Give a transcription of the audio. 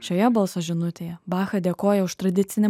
šioje balso žinutėje bacha dėkoja už tradicinį